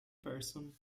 person